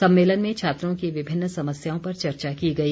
सम्मेलन में छात्रों की विभिन्न समस्याओं पर चर्चा की गई